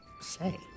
say